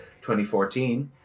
2014